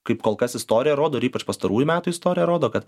kaip kol kas istorija rodo ir ypač pastarųjų metų istorija rodo kad